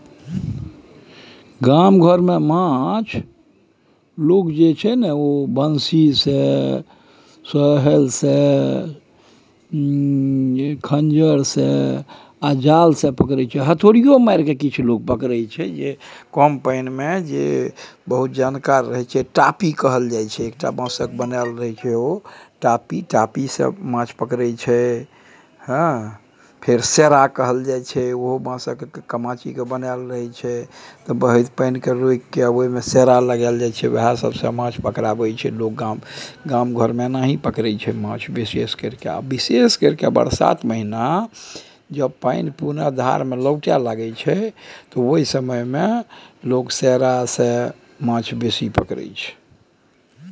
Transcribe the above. गाम घर मे माछ लोक बंशी, सोहथ आ जाल सँ पकरै छै